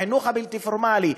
בחינוך הבלתי-פורמלי,